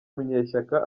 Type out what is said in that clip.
munyeshyaka